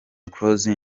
close